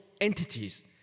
entities